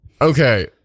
Okay